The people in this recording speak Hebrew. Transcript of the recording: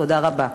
תודה רבה.